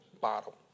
bottle